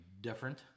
different